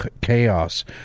chaos